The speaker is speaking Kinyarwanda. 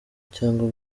cyangwa